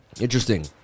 Interesting